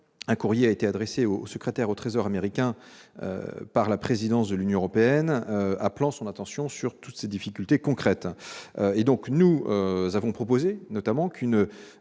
Un courrier a été adressé au secrétaire au Trésor américain par la présidence de l'Union européenne appelant son attention sur toutes ces difficultés concrètes. Nous avons notamment